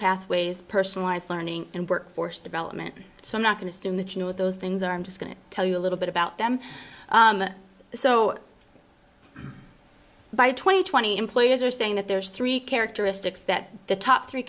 pathways personalized learning and workforce development so i'm not going to assume that you know what those things are i'm just going to tell you a little bit about them so by two thousand and twenty employers are saying that there's three characteristics that the top three